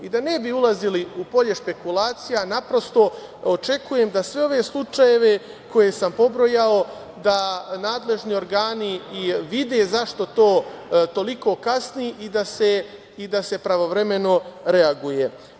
Da ne bi ulazili u polje špekulacija, očekujem da sve ove slučajeve koje sam pobrojao nadležni organi vide zašto to toliko kasni i da se pravovremeno reaguje.